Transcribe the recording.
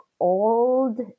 old